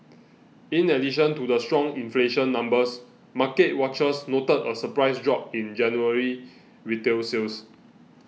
in addition to the strong inflation numbers market watchers noted a surprise drop in January retail sales